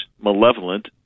malevolent